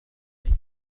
take